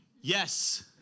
Yes